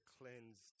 cleansed